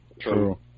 True